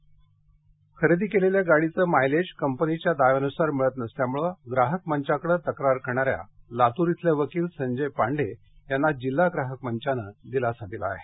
ग्राहक मंच खरेदी केलेल्या गाडीचं मायलेज कंपनीच्या दाव्यानुसार मिळत नसल्यामुळं ग्राहक मंचाकडे तक्रार करणाऱ्या लातूर इथले वकील संजय पांडे यांना जिल्हा ग्राहक मंचानं दिलासा दिला आहे